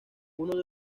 uno